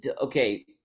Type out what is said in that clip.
Okay